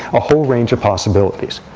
a whole range of possibilities.